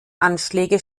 anschläge